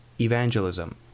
Evangelism